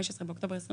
15 באוקטובר 2021,